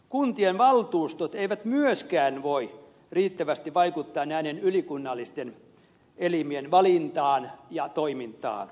kuntien valtuustot eivät myöskään voi riittävästi vaikuttaa näiden ylikunnallisten elimien valintaan ja toimintaan